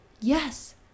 yes